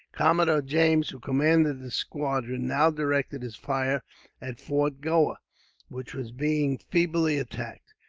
commodore james, who commanded the squadron, now directed his fire at fort goa which was being feebly attacked,